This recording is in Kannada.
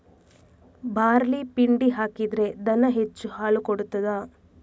ಬಾರ್ಲಿ ಪಿಂಡಿ ಹಾಕಿದ್ರೆ ದನ ಹೆಚ್ಚು ಹಾಲು ಕೊಡ್ತಾದ?